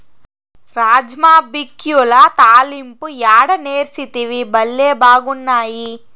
రాజ్మా బిక్యుల తాలింపు యాడ నేర్సితివి, బళ్లే బాగున్నాయి